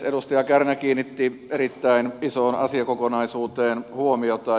edustaja kärnä kiinnitti erittäin isoon asiakokonaisuuteen huomiota